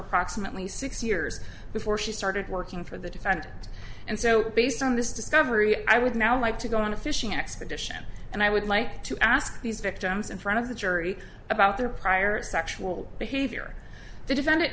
approximately six years before she started working for the defendant and so based on this discovery i would now like to go on a fishing expedition and i would like to ask these victims in front of the jury about their prior sexual behavior the defend